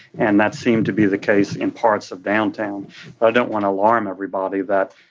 and that seemed to be the case in parts of downtown. but i don't want to alarm everybody that,